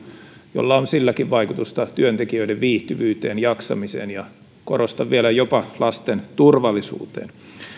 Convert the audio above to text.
jolla silläkin on vaikutusta työntekijöiden viihtyvyyteen jaksamiseen ja korostan vielä jopa lasten turvallisuuteen